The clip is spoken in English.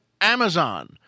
Amazon